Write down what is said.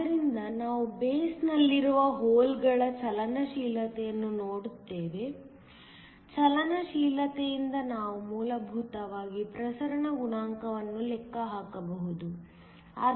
ಆದ್ದರಿಂದ ನಾವು ಬೇಸ್ನಲ್ಲಿರುವ ಹೋಲ್ಗಳ ಚಲನಶೀಲತೆಯನ್ನು ನೋಡುತ್ತೇವೆ ಚಲನಶೀಲತೆಯಿಂದ ನಾವು ಮೂಲಭೂತವಾಗಿ ಪ್ರಸರಣ ಗುಣಾಂಕವನ್ನು ಲೆಕ್ಕ ಹಾಕಬಹುದು